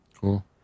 Cool